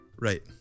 Right